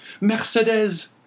Mercedes